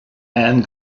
anne